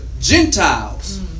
Gentiles